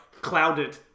clouded